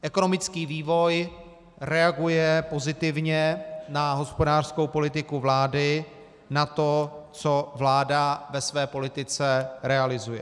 Ekonomický vývoj reaguje pozitivně na hospodářskou politiku vlády, na to, co vláda ve své politice realizuje.